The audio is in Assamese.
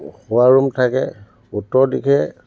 শোৱাৰুম থাকে উত্তৰ দিশে